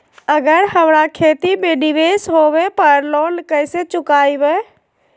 अगर हमरा खेती में निवेस होवे पर लोन कैसे चुकाइबे?